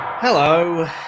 hello